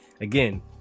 again